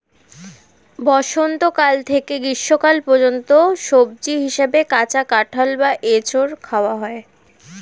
বসন্তকাল থেকে গ্রীষ্মকাল পর্যন্ত সবজি হিসাবে কাঁচা কাঁঠাল বা এঁচোড় খাওয়া হয়